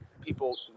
people